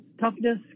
toughness